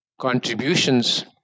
contributions